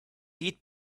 eat